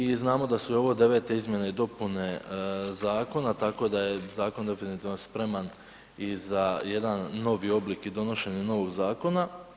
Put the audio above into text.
I znamo da su ovo devete Izmjene i dopune Zakona tako da je Zakon definitivno spreman i za jedan novi oblik i donošenje novog Zakona.